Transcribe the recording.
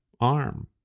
arm